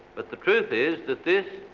but the truth is, that this